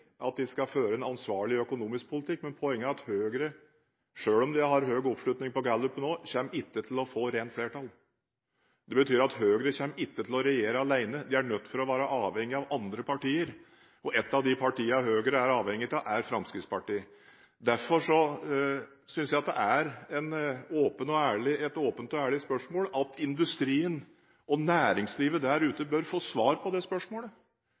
at de skal føre en ansvarlig økonomisk politikk, men poenget er at Høyre – selv om de har høy oppslutning på gallupen nå – kommer ikke til å få rent flertall. Det betyr at Høyre kommer ikke til å regjere alene, de vil være avhengige av andre partier, og ett av de partiene Høyre er avhengig av, er Fremskrittspartiet. Derfor synes jeg det er en åpen og ærlig sak at industrien og næringslivet der ute bør få svar på det spørsmålet: